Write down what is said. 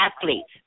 athletes